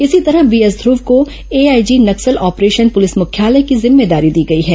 इसी तरह B S Dhruv को एआईजी नक्सल ऑपरेशन पुलिस मुख्यालय की जिम्मेदारी दी गई है